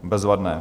Bezvadné.